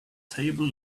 table